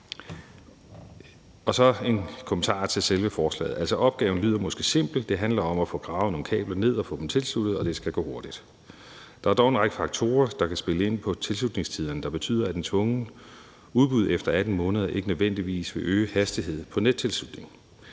knytte en kommentar til selve forslaget. Altså, opgaven lyder måske simpel: Det handler om at få gravet nogle kabler ned og få dem tilsluttet, og det skal gå hurtigt. Der er dog en række faktorer, der kan spille ind på tilslutningstiderne, der betyder, at et tvunget udbud efter 18 måneder ikke nødvendigvis vil øge hastigheden af nettilslutningen.